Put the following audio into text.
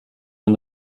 den